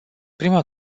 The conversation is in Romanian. prima